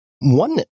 one